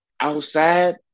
outside